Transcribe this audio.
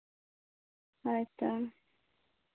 ᱦᱳᱭ ᱛᱚ